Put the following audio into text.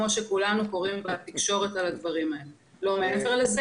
כמו שכולנו קוראים בתקשורת על הדברים האלה ולא מעבר לזה.